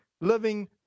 living